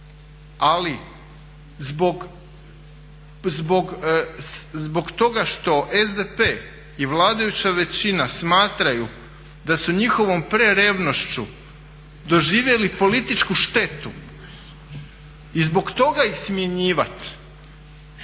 Ali zbog toga što SDP i vladajuća većina smatraju da su njihovom prerevnošću doživjeli političku štetu i zbog toga ih smjenjivati